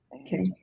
Okay